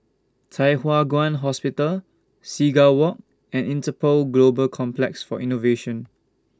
Thye Hua Kwan Hospital Seagull Walk and Interpol Global Complex For Innovation